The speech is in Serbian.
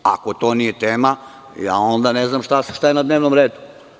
Ako to nije tema, ja onda ne znam šta je na dnevnom redu?